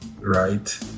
right